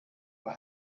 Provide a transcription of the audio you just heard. will